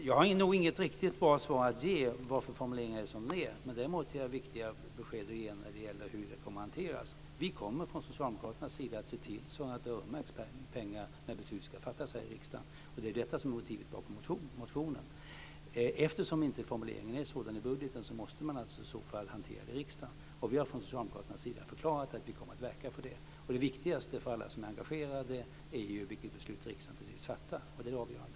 Jag har nog inget riktigt bra svar att ge på frågan varför formuleringen är som den är. Däremot har jag viktiga besked att ge när det gäller hur det kommer att hanteras. Vi kommer från Socialdemokraternas sida att se till att pengar öronmärks när beslut ska fattas här i riksdagen. Det är detta som är motivet bakom motionen. Eftersom formuleringen i budgeten inte är sådan måste man hantera det i riksdagen, och vi har från Socialdemokraternas sida förklarat att vi kommer att verka för det. Det viktigaste för alla som är engagerade är vilket beslut riksdagen till sist fattar. Det är det avgörande.